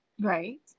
Right